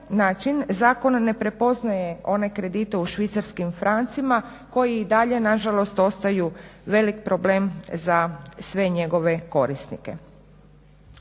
zakon ne prepoznaje one kredite u švicarskim francima koji i dalje nažalost ostaju velik problem za sve njegove korisnike.